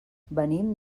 venim